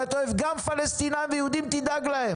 אם אתה אוהב גם פלסטיניים וגם יהודים תדאג להם.